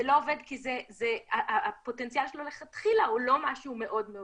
זה לא עובד כי הפוטנציאל שלו מלכתחילה הוא לא משהו מאוד מאוד